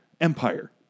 Empire